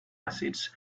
acids